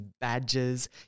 badges